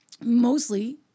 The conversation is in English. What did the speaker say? Mostly